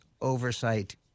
oversight